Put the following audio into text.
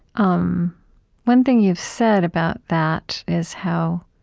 um one thing you've said about that is how